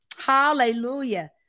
Hallelujah